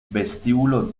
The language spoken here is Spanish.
vestíbulo